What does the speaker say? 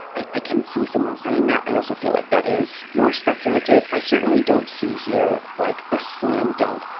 i i can see someone saying that. i also feel like that is more speculative. i certainly don't see here like a slam dunk.